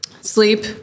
Sleep